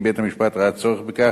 אם בית-המשפט ראה צורך בכך,